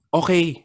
okay